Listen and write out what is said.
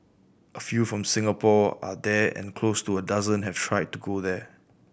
a few from Singapore are there and close to a dozen have tried to go there